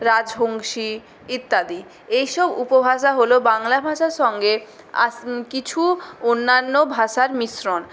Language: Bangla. রাজহংসী ইত্যাদি এইসব উপভাষা হল বাংলা ভাষার সঙ্গে কিছু অন্যান্য ভাষার মিশ্রণ